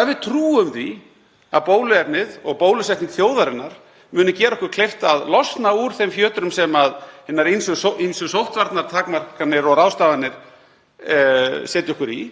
Ef við trúum því að bóluefnið og bólusetning þjóðarinnar muni gera okkur kleift að losna úr þeim fjötrum sem hinar ýmsu sóttvarnatakmarkanir og -ráðstafanir setja okkur í